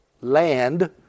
land